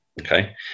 Okay